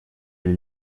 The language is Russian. или